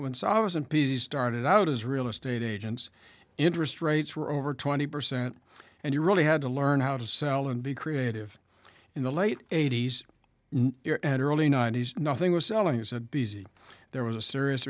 once i was in p c started out as real estate agents interest rates were over twenty percent and you really had to learn how to sell and be creative in the late eighty's and early ninety's nothing was selling as a busy there was a serious